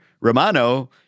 Romano